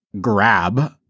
grab